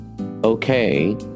Okay